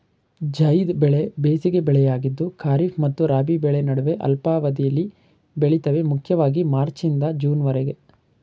ಝೈದ್ ಬೆಳೆ ಬೇಸಿಗೆ ಬೆಳೆಯಾಗಿದ್ದು ಖಾರಿಫ್ ಮತ್ತು ರಾಬಿ ಬೆಳೆ ನಡುವೆ ಅಲ್ಪಾವಧಿಲಿ ಬೆಳಿತವೆ ಮುಖ್ಯವಾಗಿ ಮಾರ್ಚ್ನಿಂದ ಜೂನ್ವರೆಗೆ